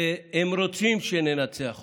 הם רוצים שננצח אותם,